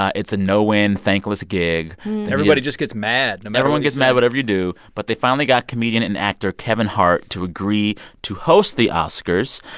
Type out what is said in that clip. it's a no-win, thankless gig everybody just gets mad and um everyone gets mad whatever you do. but they finally got comedian and actor kevin hart to agree to host the oscars.